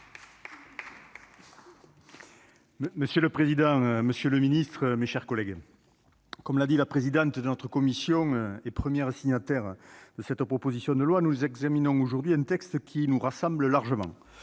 Monsieur le président, monsieur le secrétaire d'État, mes chers collègues, comme l'a dit la présidente de la commission et première signataire de cette proposition de loi, nous examinons aujourd'hui un texte qui nous rassemble largement.